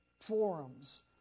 forums